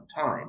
time